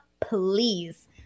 please